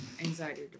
anxiety